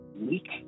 week